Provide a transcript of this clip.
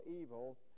evil